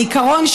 בעיקרון,